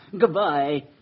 Goodbye